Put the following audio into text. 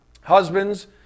husbands